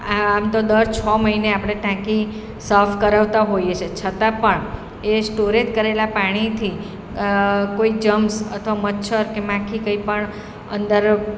આમ તો દર છ મહિને આપણે ટાંકી સાફ કરાવતા હોઈએ છે છતાં પણ એ સ્ટોરેજ કરેલાં પાણીથી કોઈ જમ્સ અથવા મચ્છર કે માખી કંઇપણ અંદર